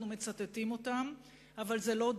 אנחנו מצטטים, אבל זה לא די,